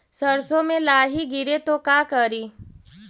सरसो मे लाहि गिरे तो का करि?